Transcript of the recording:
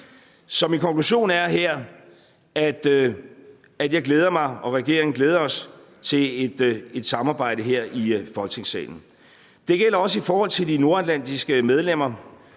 Så min konklusion er, at jeg glæder mig, og at regeringen glæder sig til et samarbejde her i Folketingssalen. Det gælder også i forhold til de nordatlantiske medlemmer: